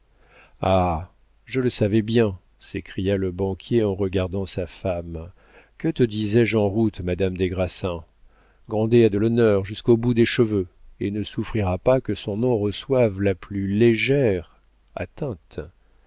je le savais bien s'écria le banquier en regardant sa femme que te disais-je en route madame des grassins grandet a de l'honneur jusqu'au bout des cheveux et ne souffrira pas que son nom reçoive la plus légère atteinte